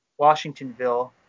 Washingtonville